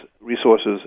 resources